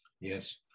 Yes